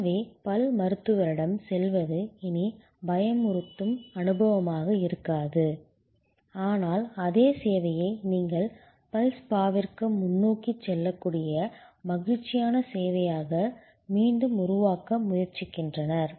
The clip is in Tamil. எனவே பல் மருத்துவரிடம் செல்வது இனி பயமுறுத்தும் அனுபவமாக இருக்காது ஆனால் அதே சேவையை நீங்கள் பல் ஸ்பாவிற்கு முன்னோக்கிச் செல்லக்கூடிய மகிழ்ச்சியான சேவையாக மீண்டும் உருவாக்க முயற்சிக்கின்றனர்